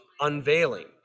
unveiling